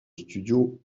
studio